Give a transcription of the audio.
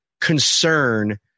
concern